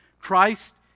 Christ